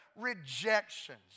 rejections